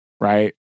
right